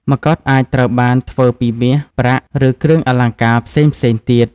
មកុដ អាចត្រូវបានធ្វើពីមាស ប្រាក់ ឬគ្រឿងអលង្ការផ្សេងៗទៀត។